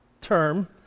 term